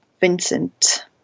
Vincent